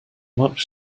much